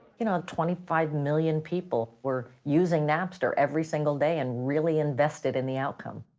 you know, twenty five million people were using napster every single day and really invested in the outcome.